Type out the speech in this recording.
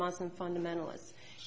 muslim fundamentalists